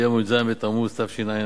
היום י"ז בתמוז תשע"א,